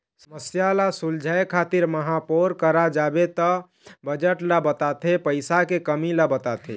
समस्या ल सुलझाए खातिर महापौर करा जाबे त बजट ल बताथे पइसा के कमी ल बताथे